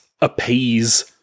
appease-